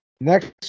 Next